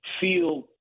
feel